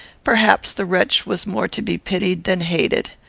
perhaps the wretch was more to be pitied than hated.